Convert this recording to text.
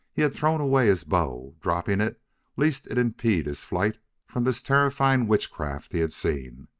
he had thrown away his bow, dropping it lest it impede his flight from this terrifying witchcraft he had seen.